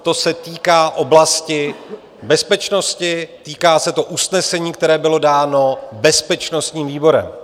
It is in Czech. To se týká oblasti bezpečnosti, týká se to usnesení, které bylo dáno bezpečnostním výborem.